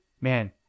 man